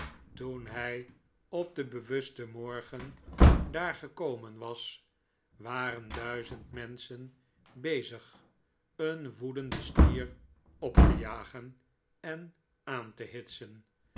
toen hij op den bewusten morgen daar gekomen was waren duizenden menschen bezig een woedenden stier op te jagen en aan te hitsen